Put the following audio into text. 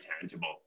tangible